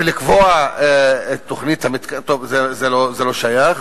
ולקבוע את תוכנית, טוב, זה לא שייך,